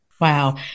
Wow